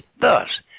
thus